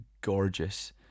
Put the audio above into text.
gorgeous